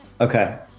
Okay